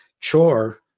chore